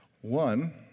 One